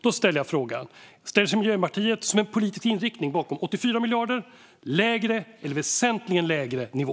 Då ställer jag frågan: Ställer sig Miljöpartiet, som en politisk inriktning, bakom 84 miljarder eller en lägre eller en väsentligen lägre nivå?